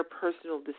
personal